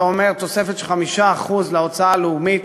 זה אומר תוספת של 5% להוצאה הלאומית